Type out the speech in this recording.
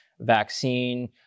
vaccine